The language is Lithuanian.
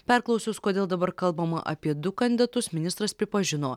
perklausius kodėl dabar kalbama apie du kandidatus ministras pripažino